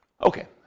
Okay